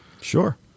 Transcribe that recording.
Sure